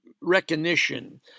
recognition